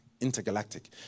intergalactic